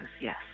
yes